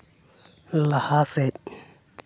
ᱞᱟᱦᱟ ᱥᱮᱫ